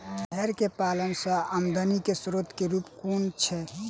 भेंर केँ पालन सँ आमदनी केँ स्रोत केँ रूप कुन छैय?